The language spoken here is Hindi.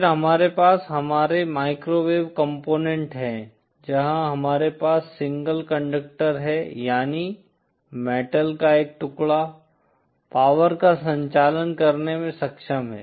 फिर हमारे पास हमारे माइक्रोवेव कॉम्पोनेन्ट हैं जहां हमारे पास सिंगल कंडक्टर हैं यानी मेटल का एक टुकड़ा पावर का संचालन करने में सक्षम है